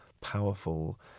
powerful